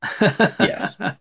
Yes